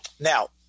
Now